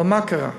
אבל מה קרה?